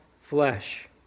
flesh